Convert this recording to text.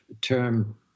term